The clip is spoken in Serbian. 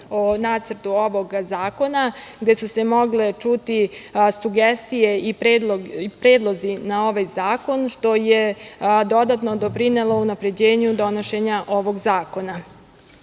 o Nacrtu ovog zakona, gde su se mogle čuti sugestije i predlozi na ovaj zakon, što je dodatno doprinelo unapređenju donošenja ovog